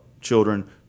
children